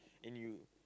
and you